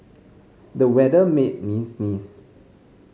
the weather made me sneeze